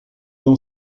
dans